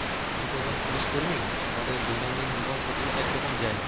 আমি তো একজন পুলিশ কর্মী তো আমাদের দৈনন্দিন জীবন প্রতিদিন একরকম যায়না